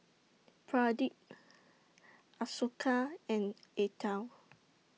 Pradip Ashoka and Atal